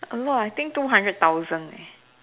a lot I think two hundred thousand